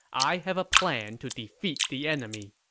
i have a plan to defeat the enemy.